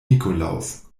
nikolaus